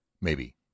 Maybe